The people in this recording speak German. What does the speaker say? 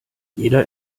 jeder